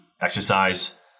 exercise